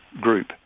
group